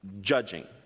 judging